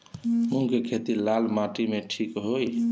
मूंग के खेती लाल माटी मे ठिक होई?